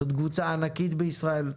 זו קבוצה ענקית בישראל,